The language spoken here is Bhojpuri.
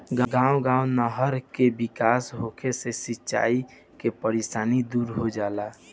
गांव गांव नहर के विकास होंगे से सिंचाई के परेशानी दूर हो जाता